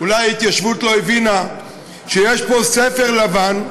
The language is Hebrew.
אולי ההתיישבות לא הבינה שיש פה ספר לבן,